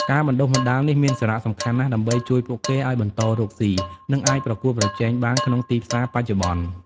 ការបណ្ដុះបណ្ដាលនេះមានសារៈសំខាន់ណាស់ ដើម្បីជួយពួកគេឱ្យបន្តរកស៊ី និងអាចប្រកួតប្រជែងបានក្នុងទីផ្សារបច្ចុប្បន្ន។